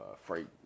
freight